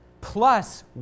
plus